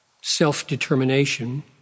self-determination